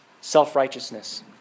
Self-righteousness